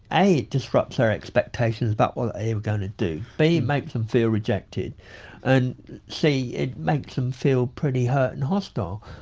a it disrupts their expectations about what they were going to do b. it makes them feel rejected and c. it makes them feel pretty hurt and hostile.